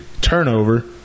Turnover